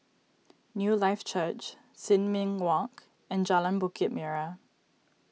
Newlife Church Sin Ming Walk and Jalan Bukit Merah